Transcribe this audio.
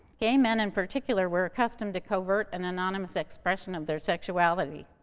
gay men, in particular, were accustomed to covert and anonymous expression of their sexuality,